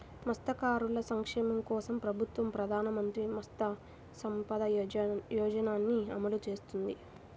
మత్స్యకారుల సంక్షేమం కోసం ప్రభుత్వం ప్రధాన మంత్రి మత్స్య సంపద యోజనని అమలు చేస్తోంది